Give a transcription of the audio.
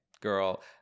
girl